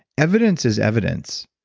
evidence is evidence.